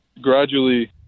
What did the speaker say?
gradually